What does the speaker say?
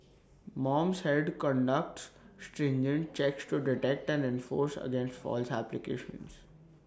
mom said conducts stringent checks to detect and enforce against false applications